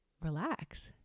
relax